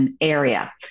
area